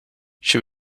she